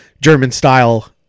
German-style